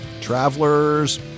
travelers